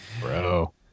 bro